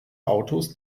autos